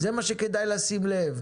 זה מה שכדאי לשים לב.